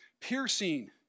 piercing